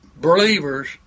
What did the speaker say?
believers